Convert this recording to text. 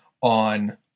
on